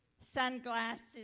Sunglasses